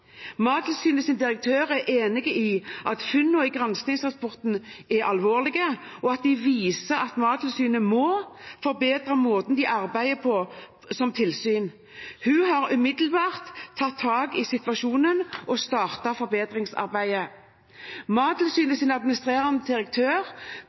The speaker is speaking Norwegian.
direktør er enig i at funnene i granskingsrapporten er alvorlige, og at de viser at Mattilsynet må forbedre måten de arbeider på som tilsyn. Hun har umiddelbart tatt tak i situasjonen og startet forbedringsarbeidet.